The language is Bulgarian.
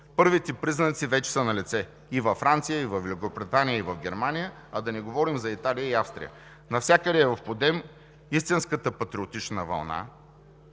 Първите признаци вече са налице и във Франция, и във Великобритания, и в Германия, да не говорим за Италия и Австрия. Навсякъде е в подем истинската патриотична вълна,